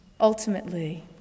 ultimately